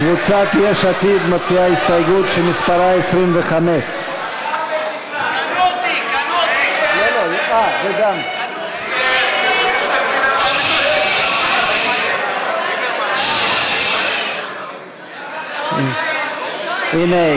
קבוצת יש עתיד מציעה הסתייגות שמספרה 25. הנה,